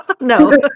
No